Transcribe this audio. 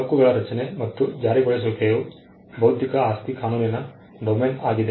ಹಕ್ಕುಗಳ ರಚನೆ ಮತ್ತು ಜಾರಿಗೊಳಿಸುವಿಕೆಯು ಬೌದ್ಧಿಕ ಆಸ್ತಿ ಕಾನೂನಿನ ಡೊಮೇನ್ ಆಗಿದೆ